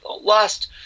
lost